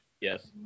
Yes